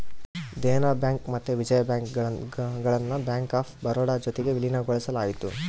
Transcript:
Dena bank ಮತ್ತೆ Vijaya bank ಗುಳ್ನ bank of Baroda ಜೊತಿಗೆ ವಿಲೀನಗೊಳಿಸಲಾಯಿತು